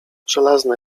żelazne